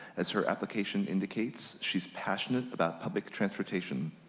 as her application indicates, she is passionate about public transportation.